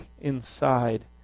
inside